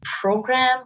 program